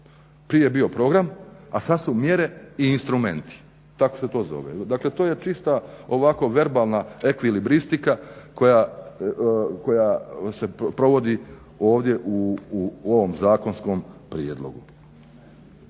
Prije je bio program a sad su mjere i instrumenti. Tako se to zove, dakle to je čista ovako verbalna ekvilibristika koja se provodi ovdje u ovom zakonskom prijedlogu.